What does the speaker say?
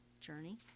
journey